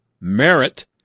merit